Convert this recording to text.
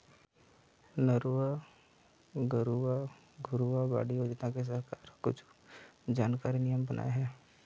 नरूवा, गरूवा, घुरूवा, बाड़ी योजना के सरकार ह कुछु जरुरी नियम बनाए हे